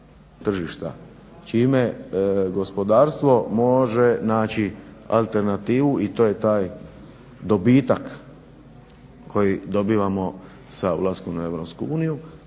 čime gospodarstvo može naći alternativu i to je taj dobitak koji dobivamo sa ulaskom u EU, koji